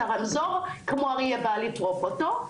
הרמזור כאילו הוא אריה שבא לטרוף אותו.